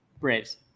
Braves